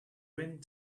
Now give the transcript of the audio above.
wind